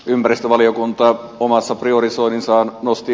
ympäristövaliokunta omassa priorisoinnissaan nosti